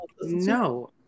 No